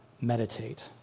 meditate